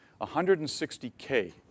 160K